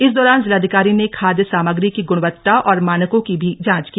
इस दौरान जिलाधिकारी ने खाद्य सामग्री की गुणवत्ता और मानकों की भी जांच की